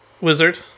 Wizard